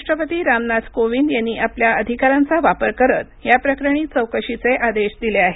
राष्ट्रपती रामनाथ कोविंद यांनी आपल्या अधिकारांचा वापर करत या प्रकरणी चौकशीचे आदेश दिले आहेत